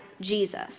Jesus